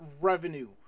revenue